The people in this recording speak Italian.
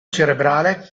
cerebrale